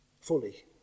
fully